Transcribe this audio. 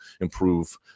improve